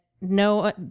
no